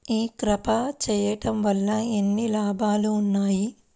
ఈ క్రాప చేయుట వల్ల ఎన్ని లాభాలు ఉన్నాయి?